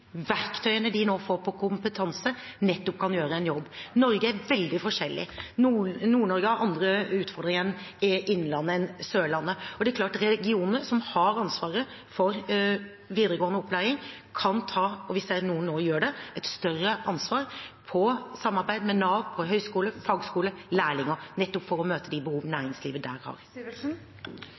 verktøyene de nå får på kompetanse, nettopp kan gjøre en jobb. Norge er veldig forskjellig. Nord-Norge har andre utfordringer enn innlandet og Sørlandet. Og det er klart at regioner som har ansvaret for videregående opplæring, kan ta – hvis noen nå gjør det – et større ansvar for samarbeid med Nav, med høyskoler, med fagskoler og om lærlinger – nettopp for å møte de behov næringslivet der har.